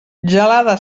gelada